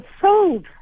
sold